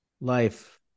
life